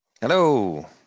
hello